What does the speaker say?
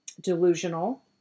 Delusional